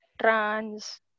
trans